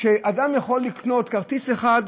אדם יכול לקנות כרטיס אחד,